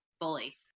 bully